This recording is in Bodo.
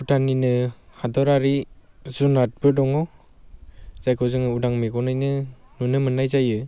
भुटाननिनो हादरारि जुनादफोर दङ जायखौ जोङो उदां मेगनैनो नुनो मोननाय जायो